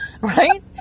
right